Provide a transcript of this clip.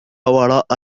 وراء